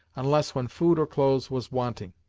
unless when food or clothes was wanting.